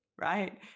right